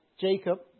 Jacob